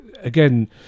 again